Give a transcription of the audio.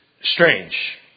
strange